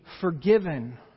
forgiven